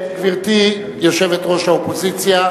גברתי יושבת-ראש האופוזיציה.